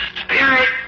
spirit